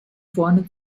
vorne